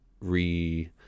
re